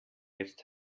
jetzt